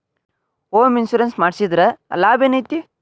Home insurance ಮಡ್ಸಿದ್ರ ಲಾಭೆನೈತಿ?